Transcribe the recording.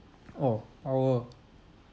oh power